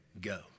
go